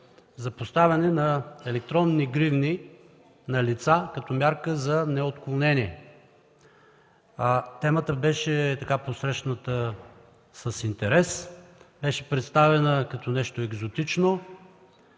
за поставяне на електронни гривни на лица, като мярка за неотклонение. Темата беше посрещната с интерес. Беше представена като нещо екзотично.